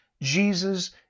Jesus